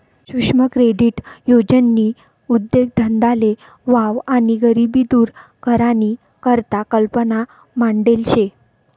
सुक्ष्म क्रेडीट योजननी उद्देगधंदाले वाव आणि गरिबी दूर करानी करता कल्पना मांडेल शे